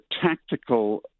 tactical